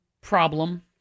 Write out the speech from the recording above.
problem